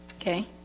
okay